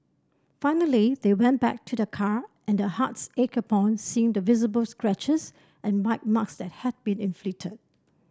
finally they went back to their car and their hearts ached upon seeing the visible scratches and bite that had been inflicted